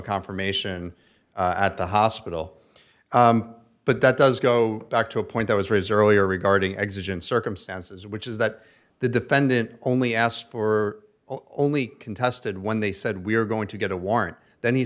confirmation at the hospital but that does go back to a point that was raised earlier regarding existence circumstances which is that the defendant only asked for only contested when they said we're going to get a warrant then he